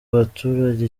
baturage